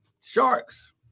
Sharks